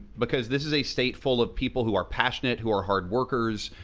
because this is a state full of people who are passionate, who are hard workers,